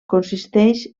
consisteix